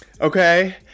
okay